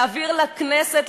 להעביר לכנסת,